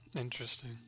Interesting